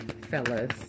fellas